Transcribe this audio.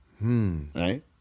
Right